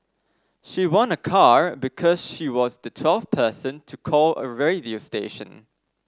she won a car because she was the twelfth person to call a radio station